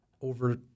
over